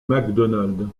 macdonald